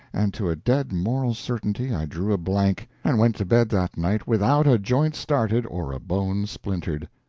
and to a dead moral certainty i drew a blank, and went to bed that night without a joint started or a bone splintered.